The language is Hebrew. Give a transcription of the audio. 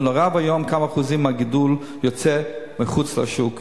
זה נורא ואיום כמה אחוזים מהגידול יוצאים מחוץ לשוק,